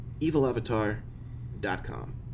EvilAvatar.com